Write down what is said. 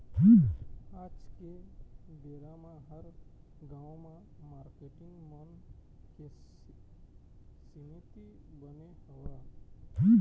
आज के बेरा म हर गाँव म मारकेटिंग मन के समिति बने हवय